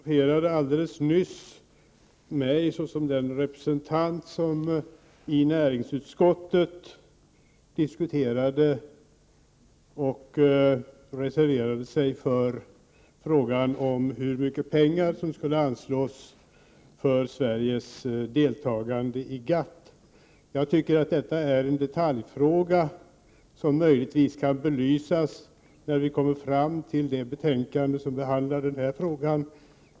Herr talman! Lennart Pettersson apostroferade alldeles nyss mig såsom den representant som i näringsutskottet diskuterade och reserverade sig i frågan om hur mycket pengar som skulle anslås för Sveriges deltagande i GATT. Jag tycker att detta är en detaljfråga som möjligtvis kan belysas när vi så småningom i kammaren kommer fram till det betänkande som behandlar denna fråga.